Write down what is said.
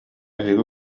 эһиги